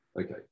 Okay